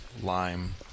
lime